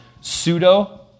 Pseudo